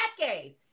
decades